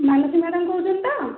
Manasi madam କହୁଛନ୍ତି ତ